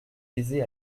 aisée